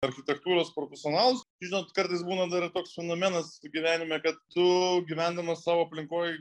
architektūros profesionalus žinot kartais būna dar ir toks fenomenas gyvenime kad tu gyvendamas savo aplinkoj